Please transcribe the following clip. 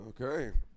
okay